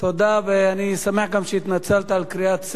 ואני שמח גם שהתנצלת על קריעת ספר,